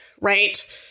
right